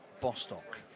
Bostock